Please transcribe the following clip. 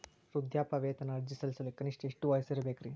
ವೃದ್ಧಾಪ್ಯವೇತನ ಅರ್ಜಿ ಸಲ್ಲಿಸಲು ಕನಿಷ್ಟ ಎಷ್ಟು ವಯಸ್ಸಿರಬೇಕ್ರಿ?